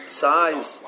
size